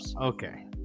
Okay